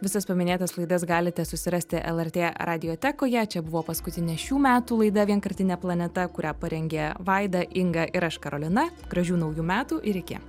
visas paminėtas laidas galite susirasti lrt radiotekoje čia buvo paskutinė šių metų laida vienkartinė planeta kurią parengė vaida inga ir aš karolina gražių naujų metų ir iki